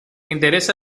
interesa